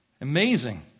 Amazing